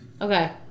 Okay